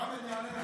חמד יענה לך.